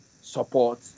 support